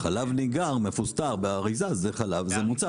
חלב ניגר מפוסטר באריזה זה חלב, זה מוצר.